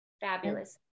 fabulous